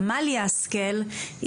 עמליה השכל,